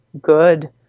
good